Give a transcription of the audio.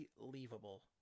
unbelievable